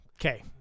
Okay